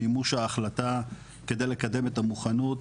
מימוש ההחלטה כדי לקדם את המוכנות